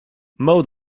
mow